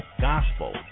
gospel